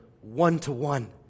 one-to-one